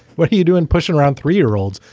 what are you doing, push around three year olds?